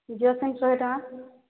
Jio sim ଶହେ ଟଙ୍କା